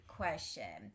question